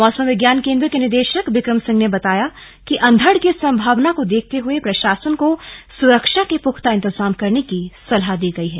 मौसम विज्ञान केन्द्र के निदेशक बिक्रम सिंह ने बताया कि अंधड़ की संभावना को देखते हुए प्रशासन को सुरक्षा के पुख्ता इंतजाम करने की सलाह दी गई है